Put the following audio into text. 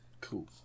Cool